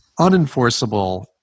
unenforceable